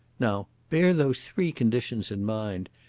now bear those three conditions in mind,